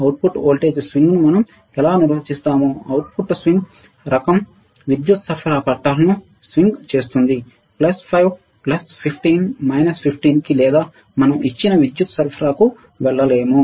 output voltage swing ను మనం ఎలా నిర్వచించగలమో అవుట్పుట్ స్వింగ్ రకం విద్యుత్ సరఫరా పట్టాలకు స్వింగ్ చేస్తుందిప్లస్ 5 ప్లస్ 15 మైనస్ 15 కి లేదా మనం ఇచ్చిన విద్యుత్ సరఫరాకు వెళ్ళలేము